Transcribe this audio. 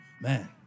Man